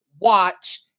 watch